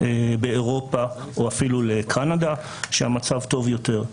באירופה או אפילו לקנדה, שהמצב טוב יותר.